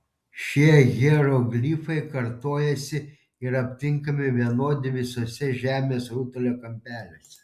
šie hieroglifai kartojasi ir aptinkami vienodi visuose žemės rutulio kampeliuose